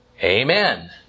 Amen